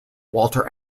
walter